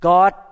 God